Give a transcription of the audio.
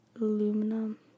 Aluminum